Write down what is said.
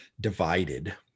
divided